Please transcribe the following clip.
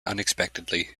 unexpectedly